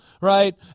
right